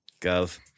Gov